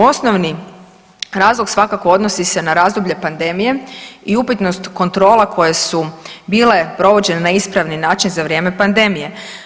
Osnovni razlog svakako odnosi se na razdoblje pandemije i upitnost kontrola koje su bile provođene na ispravni način za vrijeme pandemije.